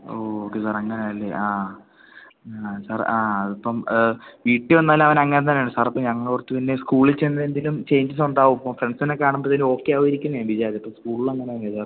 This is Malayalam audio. ഓ ഓക്കെ സാർ അങ്ങനെ അല്ലേ ആ ഞാൻ സാറ് ആ ഇപ്പം വീട്ടിൽ വന്നാൽ അവനങ്ങനെ തന്നെയാണ് സാർ അപ്പം ഞങ്ങൾ ഓർത്തു പിന്നെ സ്കൂളിൽ ചെന്ന് എന്തേലും ചേഞ്ചസ് ഉണ്ടാവും ഫ്രണ്ട്സിനെ കാണുമ്പോഴൊക്കെ ഓക്കെ ആയിരിക്കുമെന്ന് വിചാരിച്ചു സ്സ്കൂളിൽ അങ്ങനെ തന്നെ സാർ